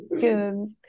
Good